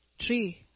Tree